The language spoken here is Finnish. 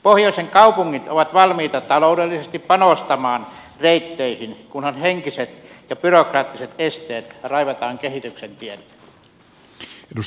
pohjoisen kaupungit ovat valmiita taloudellisesti panostamaan reitteihin kunhan henkiset ja byrokraattiset esteet raivataan kehityksen tieltä